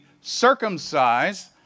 circumcised